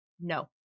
No